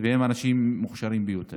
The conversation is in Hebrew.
הם אנשים מוכשרים ביותר.